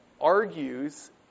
argues